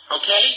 Okay